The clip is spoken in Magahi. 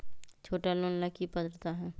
छोटा लोन ला की पात्रता है?